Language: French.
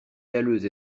calleuses